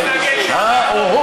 מה הכסף?